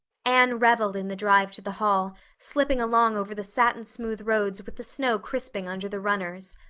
anne reveled in the drive to the hall, slipping along over the satin-smooth roads with the snow crisping under the runners.